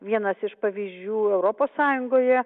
vienas iš pavyzdžių europos sąjungoje